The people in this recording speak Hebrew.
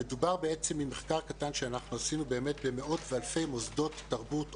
מדובר בעצם ממחקר קטן שאנחנו עשינו באמת במאות ואלפי מוסדות תרבות,